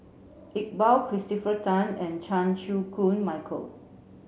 Iqbal Christopher Tan and Chan Chew Koon Michael